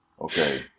okay